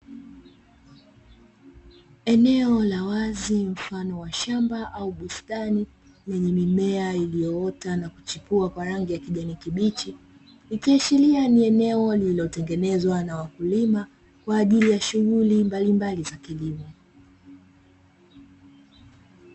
Eneo la wazi mfano wa shamba au bustani lenye mimea iliyoota na kuchipua kwa rangi ya kijani kibichi, ikiashiria ni eneo lililotengenezwa na wakulima kwa ajili ya shughuli mbalimbali za kilimo.